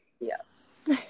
yes